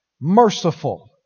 merciful